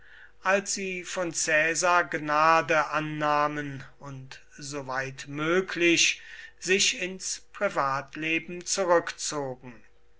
als sie von caesar gnade annahmen und soweit möglich sich ins privatleben zurückzogen